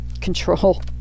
control